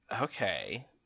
okay